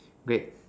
great